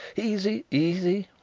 easy, easy,